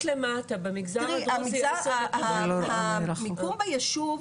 המיקום ביישוב,